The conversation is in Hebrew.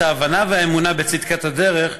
את ההבנה והאמונה בצדקת הדרך,